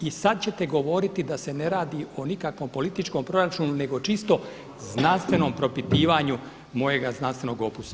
I sada ćete govoriti da se ne radi o nikakvom političkom proračunu nego čisto znanstvenom propitivanju mojega znanstvenog opusa.